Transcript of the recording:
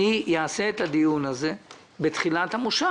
אערוך את הדיון הזה בתחילת המושב,